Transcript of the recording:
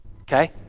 Okay